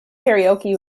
karaoke